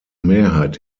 mehrheit